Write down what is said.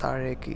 താഴേക്ക്